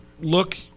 look